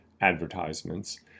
advertisements